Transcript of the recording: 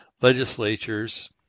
legislatures